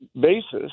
basis